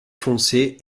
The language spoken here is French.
foncé